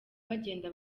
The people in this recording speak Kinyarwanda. bagenda